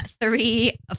three